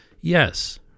Yes